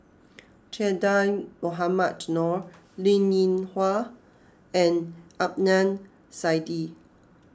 Che Dah Mohamed Noor Linn in Hua and Adnan Saidi